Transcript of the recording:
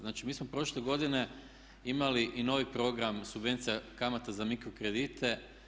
Znači mi smo prošle godine imali i novi program subvencija kamata za mikrokredite.